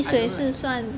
I don't like